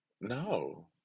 No